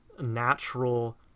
natural